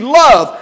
love